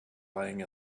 lying